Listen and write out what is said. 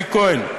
איציק כהן,